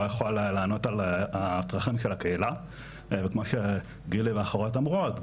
יכול לענות על הצרכים של הקהילה וכמו שגילי ואחרות אומרות,